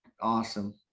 Awesome